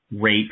rape